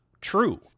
true